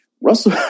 Russell